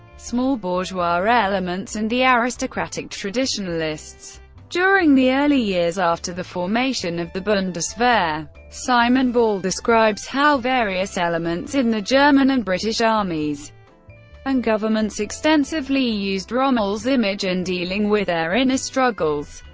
small-bourgeois elements and the aristocratic traditionalists during the early years after the formation of the bundeswehr. simon ball describes how various elements in the german and british armies and governments extensively used rommel's image in dealing with their inner struggles,